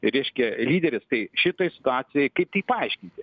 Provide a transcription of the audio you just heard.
reiškia lyderis tai šitoj situacijoj kaip tai paaiškinti